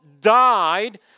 died